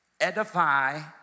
Edify